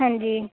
ਹਾਂਜੀ